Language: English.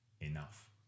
Enough